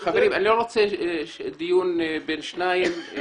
חברים, אני לא רוצה דיון בין שניים.